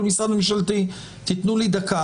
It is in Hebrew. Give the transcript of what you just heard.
כל משרד ממשלתי תנו לי דקה,